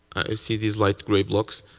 i see these light gray blocks.